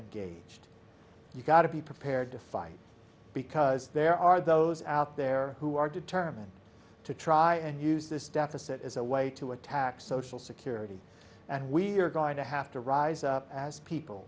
it gauged you've got to be prepared to fight because there are those out there who are determined to try and use this deficit as a way to attack social security and we're going to have to rise up as people